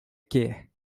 quer